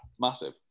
massive